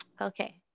Okay